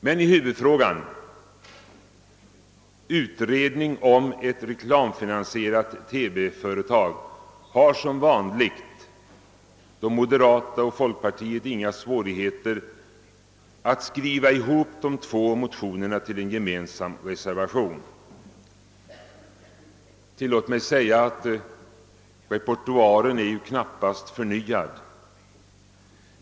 Men i huvudfrågan — utredning om ett reklamfinansierat TV-företag — har som vanligt de moderata och folkpartiet inga svårigheter att skriva ihop de två motionerna till en gemensam reservation. Tillåt mig säga att repertoaren knappast har förnyats.